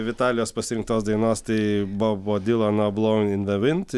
vitalijos pasirinktos dainos tai bobo dilano blouving in te vind